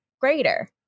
greater